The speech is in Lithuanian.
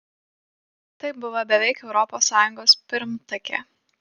tai buvo beveik europos sąjungos pirmtakė